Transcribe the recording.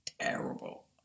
terrible